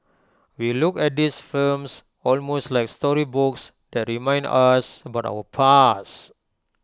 we look at these films almost like storybooks that remind us about our past